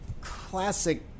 classic